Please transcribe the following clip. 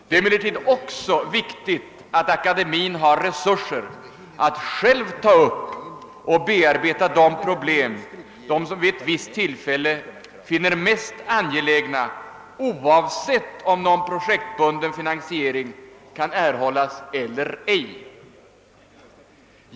Det är emellertid också viktigt att akademin har resurser att ta upp och bearbeta de problem den vid ett visst tillfälle finner mest angelägna, oavsett om någon projektbunden finansiering kan erhållas eller ej.